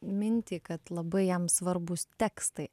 mintį kad labai jam svarbūs tekstai